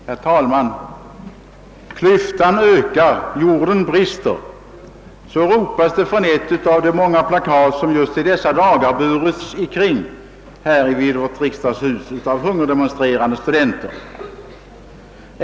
Herr talman! >Klyftan ökar — jorden brister> — så ropas det från ett av de många plakat som just i dessa dagar burits runt vid vårt riksdagshus av hungerdemonstrerande studenter.